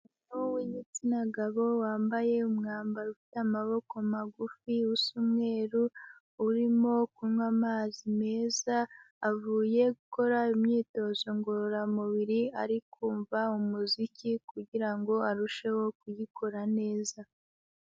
Umuntu w'igitsina gabo wambaye umwambaro ufite amaboko magufi, usa umweru urimo kunywa amazi meza, avuye gukora imyitozo ngororamubiri ari kumva umuziki, kugirango arusheho kuyikora neza.